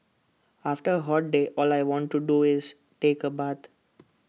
after A hot day all I want to do is take A bath